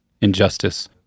injustice